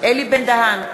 אלי בן-דהן,